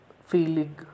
feeling